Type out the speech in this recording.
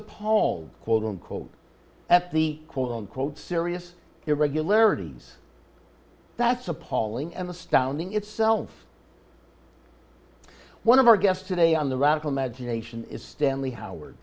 appalled quote unquote at the quote unquote serious irregularities that's appalling and astounding itself one of our guest today on the radical magination is stanley howard